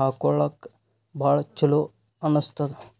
ಹಾಕೊಳ್ಕ ಭಾಳ್ ಚೊಲೋ ಅನ್ನಸ್ತದ್